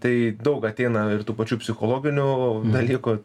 tai daug ateina ir tų pačių psichologinių dalykų